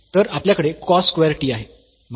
तर आपल्याकडे cos square t आहे